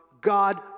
God